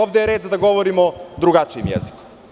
Ovde je red da govorimo drugačijim jezikom.